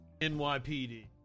NYPD